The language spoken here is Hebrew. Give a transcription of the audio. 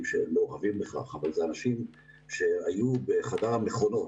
שמעורבים בכך אבל אלה אנשים שהיו בחדר המכונות,